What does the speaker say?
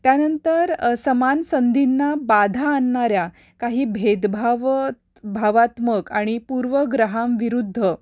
त्यानंतर समान संधींना बाधा आणणाऱ्या काही भेदभावभावात्मक आणि पूर्वग्रहांविरुद्ध